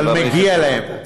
אבל מגיע להם.